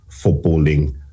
footballing